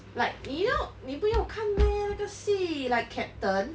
like you know 你不用看 meh 那个戏 like captain